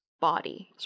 body